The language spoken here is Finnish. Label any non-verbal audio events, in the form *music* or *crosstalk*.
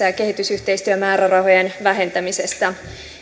*unintelligible* ja kehitysyhteistyömäärärahojen vähentämisestä